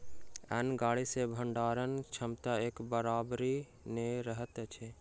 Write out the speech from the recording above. अन्न गाड़ी मे भंडारण क्षमता एक बराबरि नै रहैत अछि